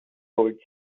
boards